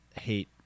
hate